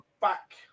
back